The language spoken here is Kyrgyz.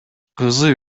кызы